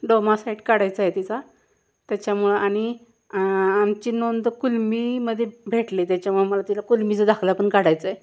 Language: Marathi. डोमासाईट काढायचा आहे तिचा त्याच्यामुळं आणि आमची नोंद कुळमीमध्ये भेटली त्याच्यामुळे मला तिला कुळमीचा दाखला पण काढायचा आहे